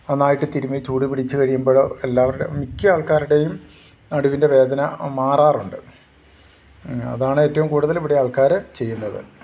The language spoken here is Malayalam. നന്നായിട്ട് തിരുമി ചൂട് പിടിച്ച് കഴിയുമ്പോഴോ എല്ലാവരുടെ മിക്ക ആൾക്കാരുടെയും നടുവിൻ്റെ വേദന മാറാറുണ്ട് അതാണ് ഏറ്റവും കൂടുതൽ ഇവിടെ ആൾക്കാർ ചെയ്യുന്നത്